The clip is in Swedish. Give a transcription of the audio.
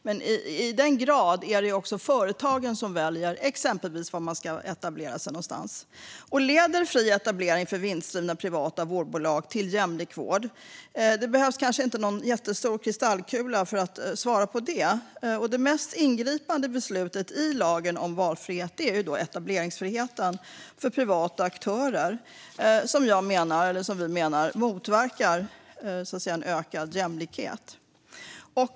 Men det är också företagen som väljer exempelvis var de ska etablera sig någonstans. Leder fri etablering för vinstdrivna privata vårdbolag till jämlik vård? Det behövs kanske inte någon jättestor kristallkula för att svara på det. Det mest ingripande beslutet i lagen om valfrihet är etableringsfriheten för privata aktörer, som vi menar motverkar en ökad jämlikhet.